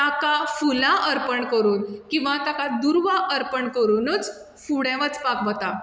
ताका फुलां अर्पण करून किंवा ताका दुर्वा अर्पण करुनूच फुडें वचपाक वता